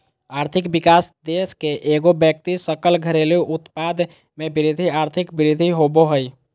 आर्थिक विकास देश के एगो व्यक्ति सकल घरेलू उत्पाद में वृद्धि आर्थिक वृद्धि होबो हइ